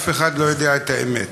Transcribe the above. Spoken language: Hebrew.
אף אחד לא יודע את האמת,